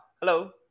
hello